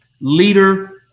leader